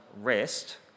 rest